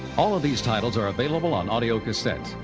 all of these titles are available on audiocassettes,